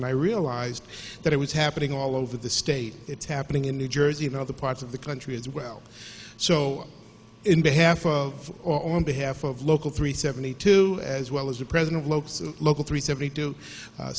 and i realized that it was happening all over the state it's happening in new jersey and other parts of the country as well so in behalf of or on behalf of local three seventy two as well as the president local local three seventy two